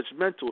judgmental